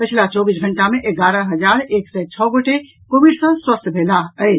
पछिला चौबीस घंटा मे एगारह हजार एक सय छओ गोटे कोविड सॅ स्वस्थ भेलाह अछि